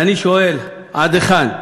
ואני שואל, עד היכן?